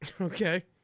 Okay